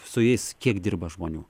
su jais kiek dirba žmonių